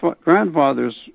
grandfather's